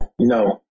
no